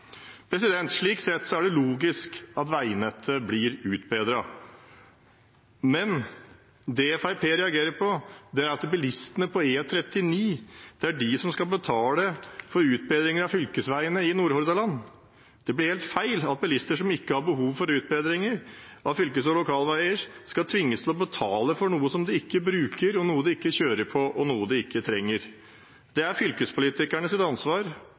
Slik sett er det logisk at veinettet blir utbedret. Men det Fremskrittspartiet reagerer på, er at det er bilistene på E39 som skal betale for utbedringer av fylkesveiene i Nordhordland. Det blir helt feil at bilister som ikke har behov for utbedringer av fylkes- og lokalveier, skal tvinges til å betale for noe som de ikke bruker, noe de ikke kjører på, og noe de ikke trenger. Det er fylkespolitikernes ansvar